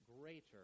greater